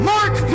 Mark